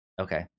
Okay